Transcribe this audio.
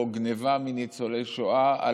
או גנבה מניצולי שואה,